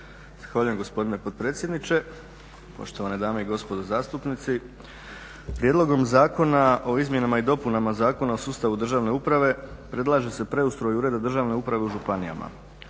gospodine potpredsjedniče, poštovane dame i gospodo zastupnici, prijedlogom Zakona o izmjenama i dopunama Zakona o sustavu državne uprave predlaže se preustroj ureda državne uprave u županijama.